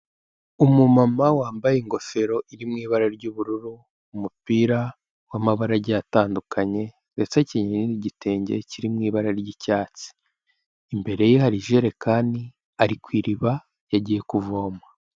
Umumama wambaye ingofero iri mu ibara ry'ubururu, umupira w'amabara agiye atandukanye, ndetse akenyeye n'igitenge kiri mu ibara ry'icyatsi, imbere ye hari ijerekani, ari ku iriba, yagiye kuvoma.